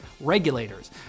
regulators